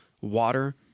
water